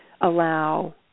allow